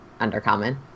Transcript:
Undercommon